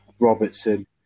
Robertson